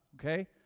okay